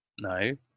no